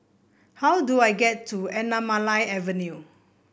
how do I get to Anamalai Avenue